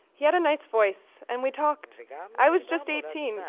he had a nice voice, and we talked i was just eighteen,